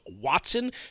Watson